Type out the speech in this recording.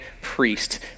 priest